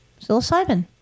Psilocybin